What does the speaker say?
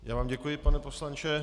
Já vám děkuji, pane poslanče.